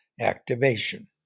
activation